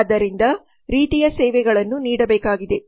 ಆದ್ದರಿಂದ ರೀತಿಯ ಸೇವೆಗಳನ್ನು ನೀಡಬೇಕಾಗಿದೆ